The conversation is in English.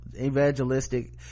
Evangelistic